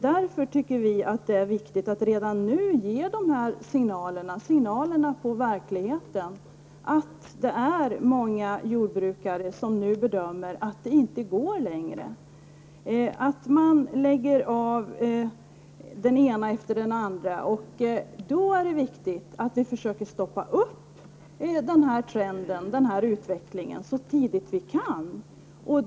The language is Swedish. Därför tycker vi att det är viktigt att redan nu ge signalerna, som är hämtade från verkligheten, att det är många jordbrukare som nu bedömer att det inte längre går och att den ena efter den andra lägger av. Det är viktigt att vi så snart som möjligt försöker att bryta den trenden och stoppa den utvecklingen.